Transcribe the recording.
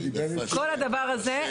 אז פה אנחנו נצטרך לעשות איזשהו.